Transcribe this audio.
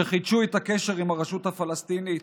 שחידשו את הקשר עם הרשות הפלסטינית.